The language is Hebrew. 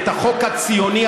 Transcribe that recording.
את החוק הציוני,